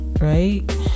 Right